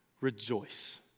Rejoice